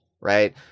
right